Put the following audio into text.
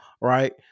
Right